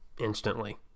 instantly